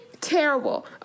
terrible